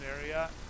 area